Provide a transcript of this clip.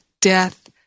death